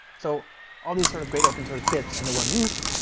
so all these sort of great open-source bits under one roof.